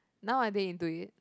now are they into it